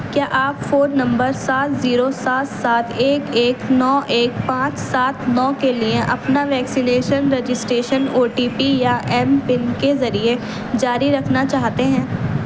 کیا آپ phone number سات زیرو سات سات ایک ایک نو ایک پانچ سات نو کے لیے اپنا vaccine registration O T P یا ایم پن کے ذریعے جاری رکھنا چاہتے ہیں